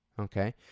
okay